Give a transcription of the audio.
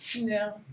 No